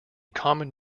common